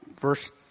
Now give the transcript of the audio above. verse